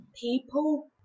people